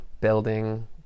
building